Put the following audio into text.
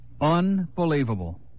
Unbelievable